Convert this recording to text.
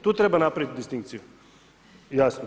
Tu treba napravit distinkciju jasnu.